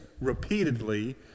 repeatedly